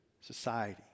society